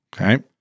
Okay